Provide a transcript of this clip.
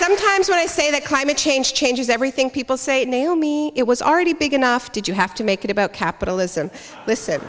sometimes when i say that climate change changes everything people say naomi it was already big enough did you have to make it about capitalism listen